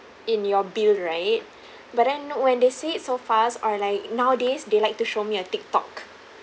in your bill right but then know when they say it so fast or like nowadays they like to show me a tiktok